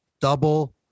double